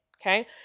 Okay